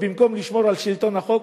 במקום לשמור על שלטון החוק,